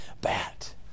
bat